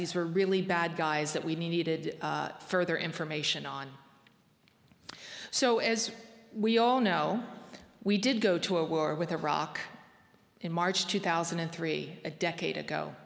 these were really bad guys that we needed further information on so as we all know we did go to a war with iraq in march two thousand and three a decade ago